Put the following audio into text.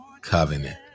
covenant